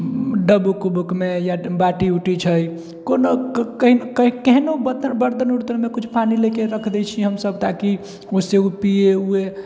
या बाटी उटी छै कोनो केहनो बर्तन उर्तनमे कुछ पानी लेके रख दै छी हमसब ताकि ओहिसे ओ पिए उए